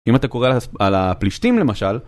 אם אתה קורא על הפלישתים למשל...